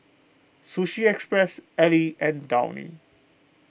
Sushi Express Elle and Downy